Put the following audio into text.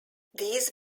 these